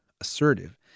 assertive